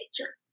nature